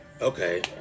okay